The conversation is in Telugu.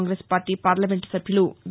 కాంగ్రెస్ పార్టీ పార్లమెంటు సభ్యులు వి